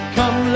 Come